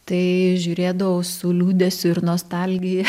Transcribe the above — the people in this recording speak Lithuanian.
tai žiūrėdavau su liūdesiu ir nostalgija